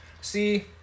See